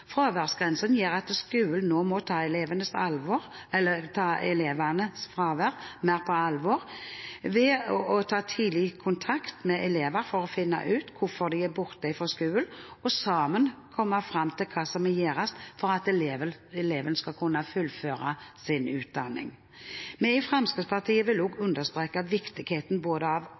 Fraværsgrensen gjør at skolen nå må ta elevenes fravær mer på alvor ved tidlig å ta kontakt med elever for å finne ut hvorfor de er borte fra skolen, og sammen komme fram til hva som må gjøres for at eleven skal kunne fullføre sin utdanning. Vi i Fremskrittspartiet vil også understreke viktigheten av både klare regler og et visst skjønn for rektorer når det gjelder praktiseringen av